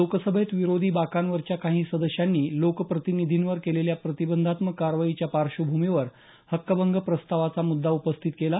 लोकसभेत विरोधी बाकांवरच्या काही सदस्यांनी लोकप्रतिनिधींवर केलेल्या प्रतिबंधात्मक कारवाईच्या पार्श्वभूमीवर हक्कभंग प्रस्तावाचा मुद्दा उपस्थित केला